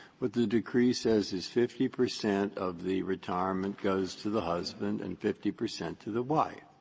what the decree says is fifty percent of the retirement goes to the husband and fifty percent to the wife.